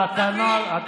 תביא תוכניות ואני אבין.